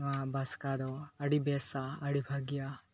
ᱱᱚᱣᱟ ᱵᱟᱥᱠᱟ ᱫᱚ ᱟᱹᱰᱤᱵᱮᱥᱟ ᱟᱹᱰᱤ ᱵᱷᱟᱹᱜᱤᱭᱟ